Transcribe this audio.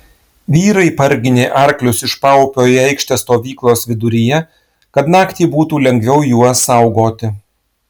vyrai parginė arklius iš paupio į aikštę stovyklos viduryje kad naktį būtų lengviau juos saugoti